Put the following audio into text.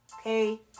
Okay